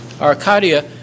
Arcadia